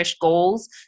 goals